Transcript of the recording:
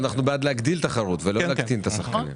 אנחנו בעד להגדיל תחרות ולא להקטין את האפשרויות.